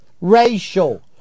racial